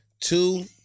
two